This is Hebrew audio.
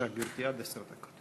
בבקשה, גברתי, עד עשר דקות.